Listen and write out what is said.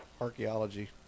Archaeology